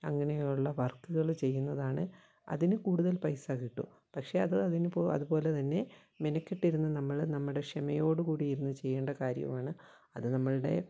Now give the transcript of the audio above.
അങ്ങനെയുള്ള വർക്കുകള് ചെയ്യുന്നതാണ് അതിന് കൂടുതൽ പൈസ കിട്ടും പക്ഷെ അത് അതിനിപ്പോൾ അതുപോലെത്തന്നെ മെനക്കെട്ടിരുന്നു നമ്മള് നമ്മുടെ ക്ഷമയോടു കൂടിയിരുന്ന് ചെയ്യേണ്ട കാര്യവുമാണ് അത് നമ്മളുടെ